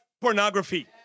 pornography